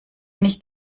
nicht